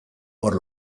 por